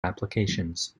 applications